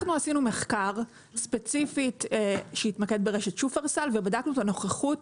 אנחנו עשינו מחקר ספציפית שהתמקד ברשת שופרסל ובדקנו את הנוכחות